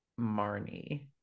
Marnie